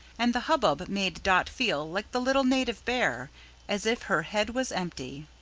and the hubbub made dot feel like the little native bear as if her head was empty.